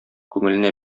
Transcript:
күңеленә